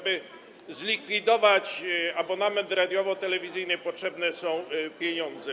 Aby zlikwidować abonament radiowo-telewizyjny, potrzebne są pieniądze.